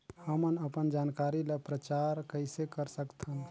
हमन अपन जानकारी ल प्रचार कइसे कर सकथन?